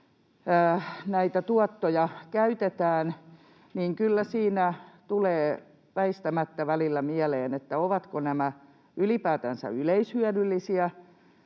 näitä tuottoja käytetään, niin kyllä siinä tulee väistämättä välillä mieleen, ovatko nämä ylipäätänsä yleishyödyllisiä,